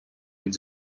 від